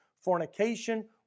fornication